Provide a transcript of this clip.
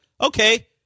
Okay